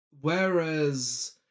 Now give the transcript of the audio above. whereas